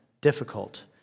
difficult